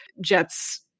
Jets